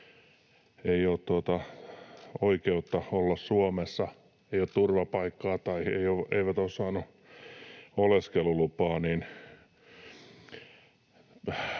ei ole oikeutta olla Suomessa, ei ole turvapaikkaa tai jotka eivät ole saaneet oleskelulupaa.